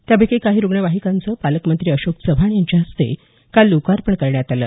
त्यापैकी काही रूग्णवाहिकाचं पालकमंत्री अशोक चव्हाण हस्ते काल लोकार्पण करण्यात आलं